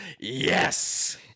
Yes